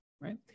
right